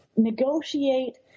negotiate